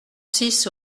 six